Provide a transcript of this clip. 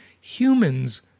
humans